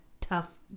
tough